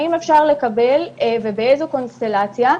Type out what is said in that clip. האם אפשר לקבל ובאיזו קונסטלציה,